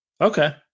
Okay